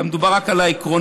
כי מדובר רק על העקרונות,